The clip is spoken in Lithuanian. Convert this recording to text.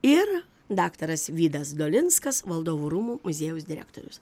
ir daktaras vydas dolinskas valdovų rūmų muziejaus direktorius